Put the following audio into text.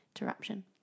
interruption